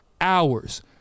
hours